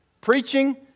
Preaching